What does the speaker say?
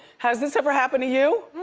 has this ever happened to you?